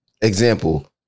example